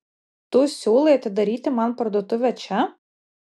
tu siūlai atidaryti man parduotuvę čia